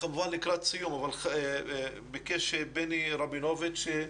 לקראת סיום, ביקש פיני רבינוביץ'